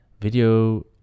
video